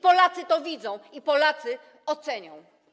Polacy to widzą, i Polacy to ocenią.